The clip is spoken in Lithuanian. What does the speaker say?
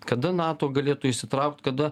kada nato galėtų įsitraukt kada